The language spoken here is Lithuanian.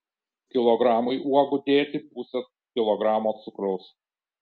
kilogramui uogų dėti pusę kilogramo cukraus